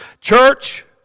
church